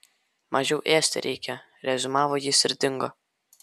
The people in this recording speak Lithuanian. mažiau ėsti reikia reziumavo jis ir dingo